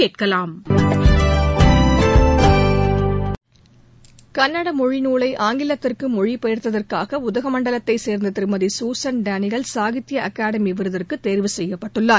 கள்னட மொழி நூலை ஆங்கிலத்திற்கு மொழி பெயர்த்ததற்காக உதகமண்டலத்தை சேர்ந்த திருமதி சூசன் டேனியேல் சாகித்ய அகாடமி விருதுக்கு தேர்வு செய்யப்பட்டுள்ளார்